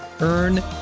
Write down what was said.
Earn